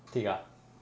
tick ah